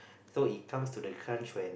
so he comes to the crunch when